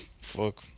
Fuck